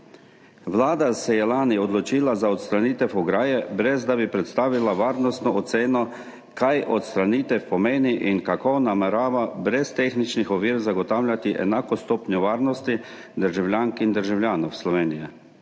Vlada se je lani odločila za odstranitev ograje, brez da bi predstavila varnostno oceno, kaj odstranitev pomeni in kako namerava brez tehničnih ovir zagotavljati enako stopnjo varnosti državljank in državljanov Slovenije.